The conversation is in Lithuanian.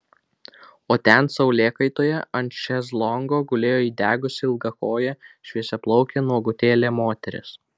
o ten saulėkaitoje ant šezlongo gulėjo įdegusi ilgakojė šviesiaplaukė nuogutėlė moteris